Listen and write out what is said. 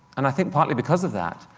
and i think partly because of that,